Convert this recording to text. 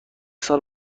سال